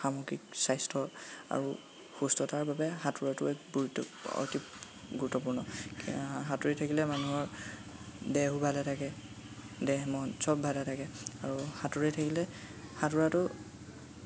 সামগ্ৰিক স্বাস্থ্য আৰু সুস্থতাৰ বাবে সাঁতোৰাটো এক গুৰুত্ব অতি গুৰুত্বপূৰ্ণ সাঁতুৰি থাকিলে মানুহৰ দেহো ভালে থাকে দেহ মন চব ভালে থাকে আৰু সাঁতুৰি থাকিলে সাঁতোৰাটো